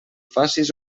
facis